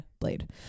blade